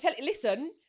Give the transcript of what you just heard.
Listen